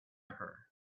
her